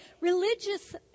religious